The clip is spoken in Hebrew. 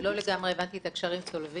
אני לא לגמרי הבנתי את העניין של הקשרים הצולבים.